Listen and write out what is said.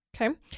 Okay